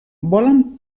volen